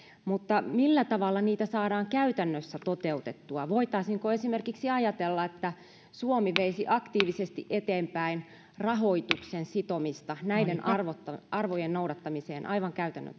mutta millä tavalla niitä saadaan käytännössä toteutettua voitaisiinko esimerkiksi ajatella että suomi veisi aktiivisesti eteenpäin rahoituksen sitomista näiden arvojen arvojen noudattamiseen aivan käytännön